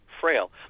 frail